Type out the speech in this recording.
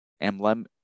emblem